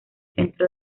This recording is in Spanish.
centro